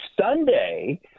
Sunday